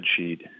spreadsheet